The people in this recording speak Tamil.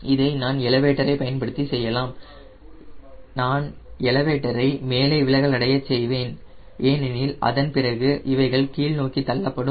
இதை நான் எலவேட்டரை பயன்படுத்தி செய்யலாம் நான் எனவே எலவேட்டரை மேலே விலகல் அடையச் செய்வேன் ஏனெனில் அதன் பிறகு இவைகள் கீழ்நோக்கி தள்ளப்படும்